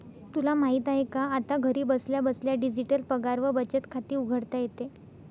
तुला माहित आहे का? आता घरी बसल्या बसल्या डिजिटल पगार व बचत खाते उघडता येते